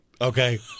okay